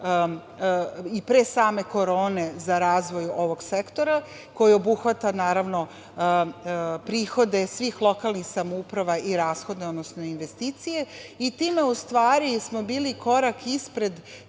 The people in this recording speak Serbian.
i pre same korone, za razvoj ovog sektora koji obuhvata, naravno, prihode svih lokalnih samouprava i rashode, odnosno investicije. Time smo u stvari bili korak ispred